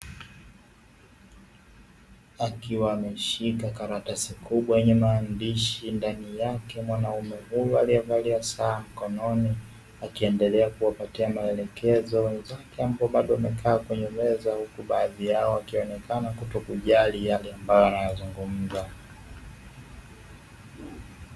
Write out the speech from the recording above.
Akiwa ameshika karatasi kubwa yenye maandishi ndani yake mwanamume huyu aliyevalia sana mkononi, akiendelea kuwapatia maelekezo bado umekaa kwenye baadhi yao wakionekana kutokujali yale ambayo anayazungumza.